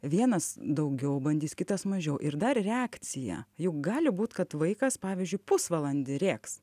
vienas daugiau bandys kitas mažiau ir dar reakcija juk gali būt kad vaikas pavyzdžiui pusvalandį rėks